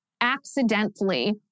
accidentally